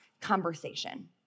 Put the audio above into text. conversation